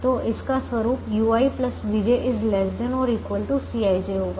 तो इसका स्वरूप ui vj ≤ Cij होगा